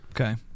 Okay